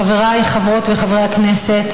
חבריי חברות וחברי הכנסת,